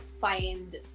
find